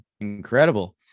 incredible